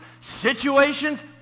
situations